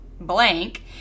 blank